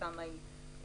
עד כמה היא תרמה,